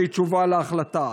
על ההחלטה.